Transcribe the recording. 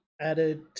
added